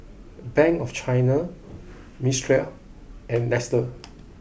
bank of China Mistral and Nestle